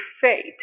fate